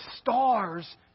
stars